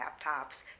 laptops